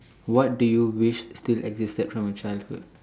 what do you wish still existed from your childhood